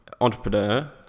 entrepreneur